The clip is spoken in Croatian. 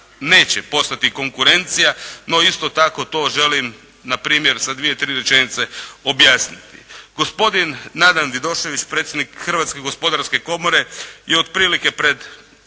neće postati konkurencija. No, isto tako to želim na primjer sa dvije, tri rečenice objasniti. Gospodin Nadan Vidošević, predsjednik Hrvatske gospodarske komore je otprilike pred